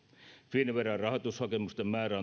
finnveran rahoitushakemusten määrä